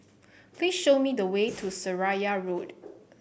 please show me the way to Seraya Road